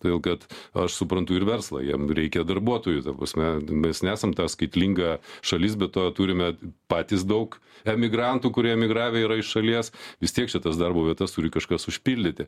todėl kad aš suprantu ir verslą jam reikia darbuotojų ta prasme mes nesam ta skaitlinga šalis be to turime patys daug emigrantų kurie emigravę yra iš šalies vis tiek čia tas darbo vietas turi kažkas užpildyti